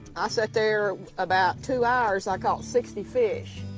i sat there about two hours. i caught sixty fish.